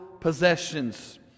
possessions